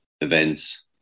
events